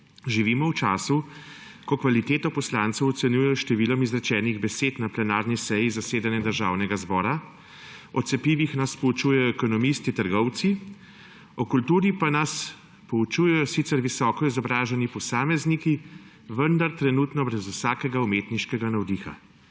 Živimo v času, ko kvaliteto poslancev ocenjujejo s številom izrečenih besed na plenarni seji zasedanja Državnega zbora, o cepivih nas poučujejo ekonomisti, trgovci, o kulturi pa nas poučujejo sicer visoko izobraženi posamezniki, vendar trenutno brez vsakega umetniškega nadiha.